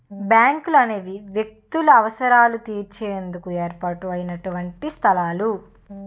బ్యాంకులనేవి వ్యక్తుల అవసరాలు తీర్చేందుకు ఏర్పాటు అయినటువంటి సంస్థలు